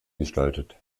gestaltet